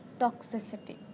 Toxicity